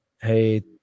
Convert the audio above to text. Hey